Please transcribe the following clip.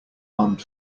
armed